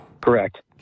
Correct